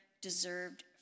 deserved